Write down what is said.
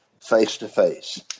face-to-face